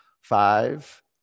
Five